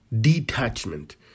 Detachment